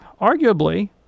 arguably